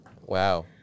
Wow